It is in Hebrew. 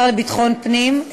השר לביטחון פנים,